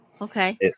Okay